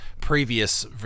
previous